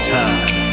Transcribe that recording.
time